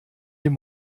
den